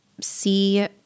see